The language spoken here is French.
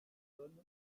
coordonne